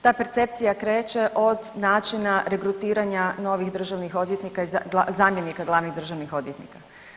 Ta percepcija kreće od načina regrutiranja novih državnih odvjetnika i zamjenika glavnih državnih odvjetnika.